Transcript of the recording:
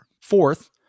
Fourth